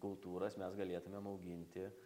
kultūras mes galėtumėm auginti